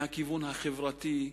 מהכיוון החברתי,